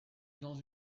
dans